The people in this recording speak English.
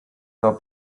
off